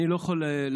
אני לא יכול להאשים